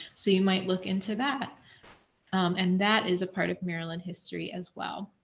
so, you might look into that and that is a part of maryland history as well.